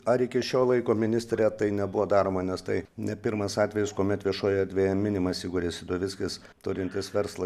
ar iki šio laiko ministre tai nebuvo daroma nes tai ne pirmas atvejis kuomet viešojoje erdvėje minimas igoris udovickis turintis verslą